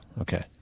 okay